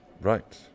Right